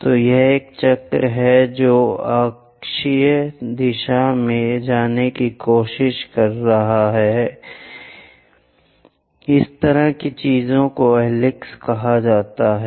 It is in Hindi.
तो यह एक चक्र है जो अक्षीय दिशा में जाने की कोशिश कर रहा है इस तरह की चीजों को हेलिक्स कहा जाता है